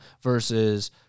versus